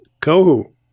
Kohu